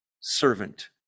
servant